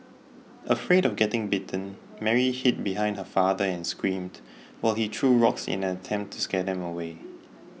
afraid of getting bitten Mary hid behind her father and screamed while he threw rocks in an attempt to scare them away